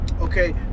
okay